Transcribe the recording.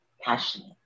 passionate